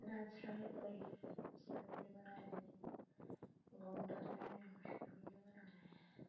नाच रहा है कोई उसका विडिओ बना रहे हैं घूम टहल रहे हैं उसका विडिओ बना रहे हैं